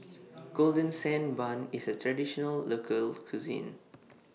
Golden Sand Bun IS A Traditional Local Cuisine